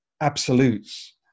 absolutes